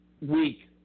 week